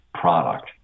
product